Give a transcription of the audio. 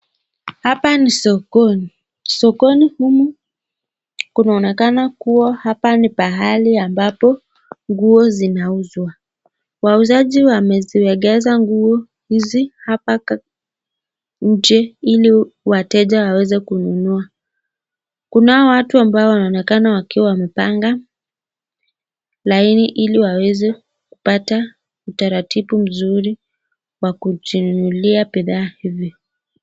Hapa ni sokoni. Sokoni humu kunaonekana hapa ni pahali ambapo nguo zinauzwa. Wauzaji wameziwekeza nguo hizi hapa nje ili wateja waweze kununua. Kunao watu ambao wanaonekana wakiwa wamepanga laini ili waweze kupata utaratibu nzuri kwa kujinunulia bidhaa hivi.